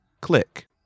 click